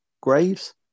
graves